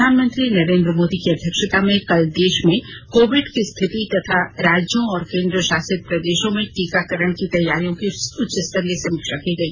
प्रधानमंत्री नरेन्द्र मोदी की अध्यक्षता में कल देश में कोविड की स्थिति तथा राज्यों और केन्द्रशासित प्रदेशों में टीकाकरण की तैयारियों की उच्चस्तरीय समीक्षा की गई